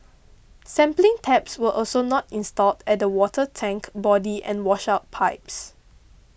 sampling taps were also not installed at the water tank body and washout pipes